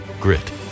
grit